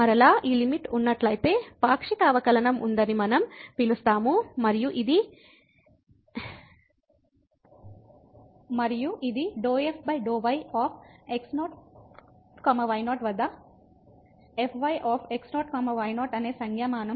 మరలా ఈ లిమిట్ ఉన్నట్లయితే పాక్షిక అవకలనంఉందని మనం పిలుస్తాము మరియు ఇది 𝝏f𝝏yx0 y0 వద్ద fy x0 y0 అనే సంజ్ఞామానం